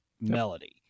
melody